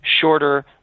shorter